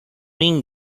mean